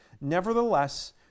Nevertheless